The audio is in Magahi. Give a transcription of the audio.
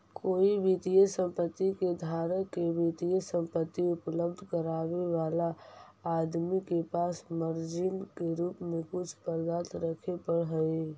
कोई वित्तीय संपत्ति के धारक के वित्तीय संपत्ति उपलब्ध करावे वाला आदमी के पास मार्जिन के रूप में कुछ पदार्थ रखे पड़ऽ हई